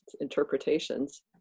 interpretations